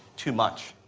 too much.